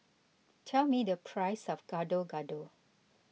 tell me the price of Gado Gado